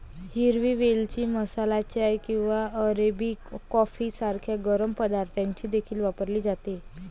हिरवी वेलची मसाला चाय किंवा अरेबिक कॉफी सारख्या गरम पदार्थांसाठी देखील वापरली जाते